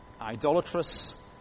idolatrous